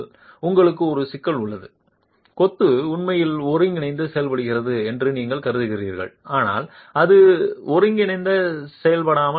உங்களுக்கு ஒரு சிக்கல் உள்ளது கொத்து உண்மையில் ஒருங்கிணைந்து செயல்படுகிறது என்று நீங்கள் கருதுகிறீர்கள் ஆனால் அது ஒருங்கிணைந்து செயல்படாமல் இருக்கலாம்